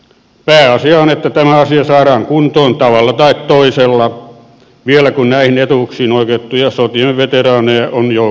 pääasia on että tämä asia saadaan kuntoon tavalla tai toisella vielä kun näihin etuuksiin oikeutettuja sotien veteraaneja on joukossamme